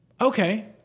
Okay